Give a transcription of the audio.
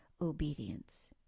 obedience